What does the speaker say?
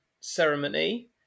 ceremony